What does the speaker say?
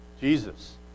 Jesus